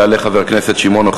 יעלה חבר הכנסת שמעון אוחיון.